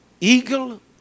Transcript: eagle